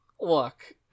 look